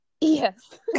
Yes